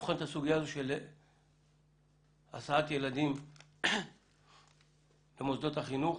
לבחון את הסוגיה הזו של הסעת ילדים למוסדות החינוך